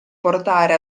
portare